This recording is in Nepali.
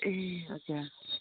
ए हजुर